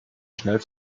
schnell